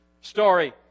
story